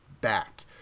back